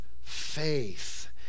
faith